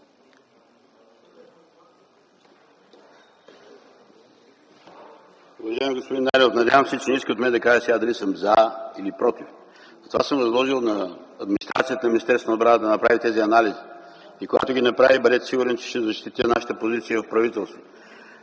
Уважаеми господин Найденов, надявам се, че не искате от мен да кажа сега дали съм „за” или „против”. Затова съм възложил на администрацията на Министерството на отбраната да направи тези анализи. Когато ги направи, бъдете сигурен, че ще защитя нашата позиция в правителството.